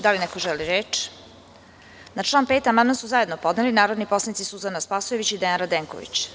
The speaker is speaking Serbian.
Da li neko želi reč? (Ne.) Na član 5. amandman su zajedno podneli narodni poslanici Suzana Spasojević i Dejan Radenković.